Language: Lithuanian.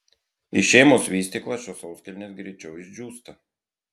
išėmus vystyklą šios sauskelnės greičiau išdžiūsta